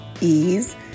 ease